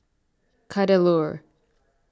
Kadaloor